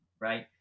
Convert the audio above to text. right